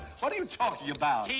what are you talking about?